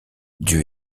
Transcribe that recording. dieu